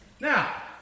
Now